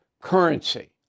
currency